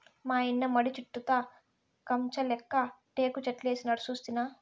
మాయన్న మడి చుట్టూతా కంచెలెక్క టేకుచెట్లేసినాడు సూస్తినా